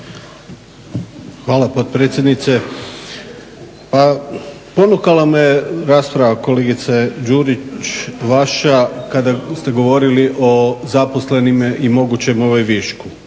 Hvala potpredsjednice. Ponukala me rasprava kolegice Đurić vaša kada ste govorili o zaposlenima i mogućem višku.